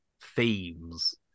themes